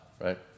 right